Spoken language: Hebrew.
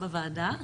בבקשה.